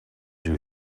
you